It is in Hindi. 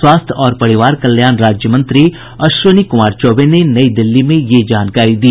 स्वास्थ्य और परिवार कल्याण राज्य मंत्री अश्विनी कुमार चौबे ने नई दिल्ली में यह जानकारी दी